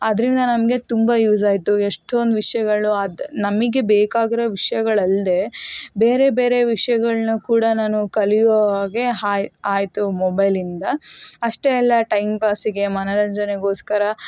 ಅದರಿಂದ ನಮಗೆ ತುಂಬ ಯೂಸ್ ಆಯಿತು ಎಷ್ಟೊಂದು ವಿಷಯಗಳು ಅದು ನಮಗೆ ಬೇಕಾಗಿರೊ ವಿಷಯಗಳಲ್ಲದೇ ಬೇರೆ ಬೇರೆ ವಿಷಯಗಳನ್ನು ಕೂಡ ನಾನು ಕಲಿಯೋ ಹಾಗೆ ಹಾ ಆಯಿತು ಮೊಬೈಲಿಂದ ಅಷ್ಟೇ ಅಲ್ಲ ಟೈಮ್ ಪಾಸಿಗೆ ಮನೋರಂಜನೆಗೋಸ್ಕರ